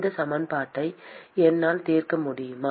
இந்த சமன்பாட்டை என்னால் தீர்க்க முடியுமா